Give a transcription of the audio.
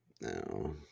No